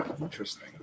Interesting